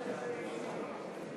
נבחר ציבור שהורשע בעבירה שיש עמה קלון).